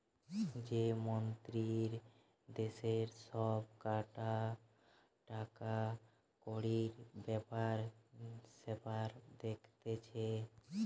যে মন্ত্রী দেশের সব কটা টাকাকড়ির বেপার সেপার দেখছে